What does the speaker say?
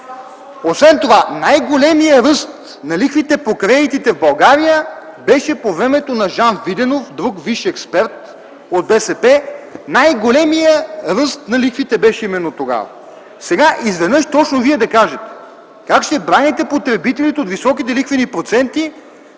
Освен това най-големият ръст на лихвите по кредитите в България беше по времето на Жан Виденов – друг висш експерт от БСП. Най-големият ръст на лихвите беше именно тогава. Сега изведнъж точно Вие да кажете как ще браните потребителите от високите лихвени проценти